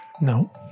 No